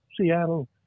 Seattle